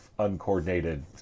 uncoordinated